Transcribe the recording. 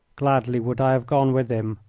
gladly would i have gone with him,